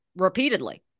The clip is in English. repeatedly